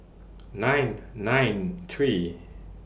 nine nine three